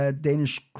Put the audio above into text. Danish